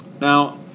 Now